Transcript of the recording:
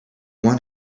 want